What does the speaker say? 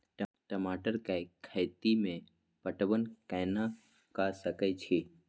टमाटर कै खैती में पटवन कैना क सके छी?